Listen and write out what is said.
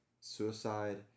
suicide